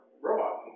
robot